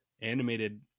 animated